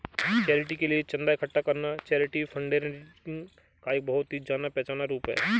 charity के लिए चंदा इकट्ठा करना चैरिटी फंडरेजिंग का एक बहुत ही जाना पहचाना रूप है